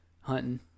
hunting